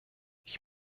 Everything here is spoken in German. ich